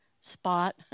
spot